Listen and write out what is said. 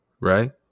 Right